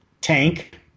Tank